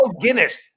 Guinness